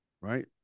Right